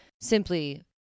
simply